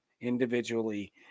individually